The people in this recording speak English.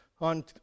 On